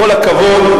בכל הכבוד,